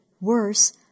Worse